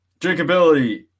Drinkability